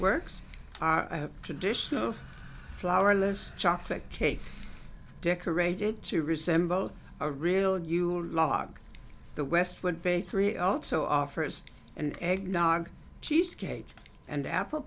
works traditionally flowerless chocolate cake decorated to resemble a real you log the westwood bakery also offers an eggnog cheesecake and apple